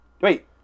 Wait